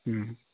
ꯎꯝ